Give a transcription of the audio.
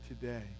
today